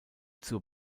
zur